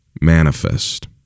manifest